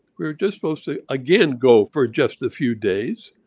we're just supposed to, again, go for just a few days